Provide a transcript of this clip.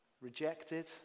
rejected